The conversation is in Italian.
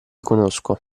conosco